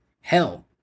hell